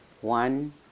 one